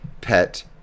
PET